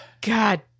God